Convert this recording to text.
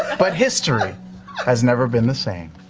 but history has never been the same.